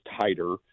tighter